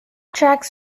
tracks